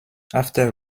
after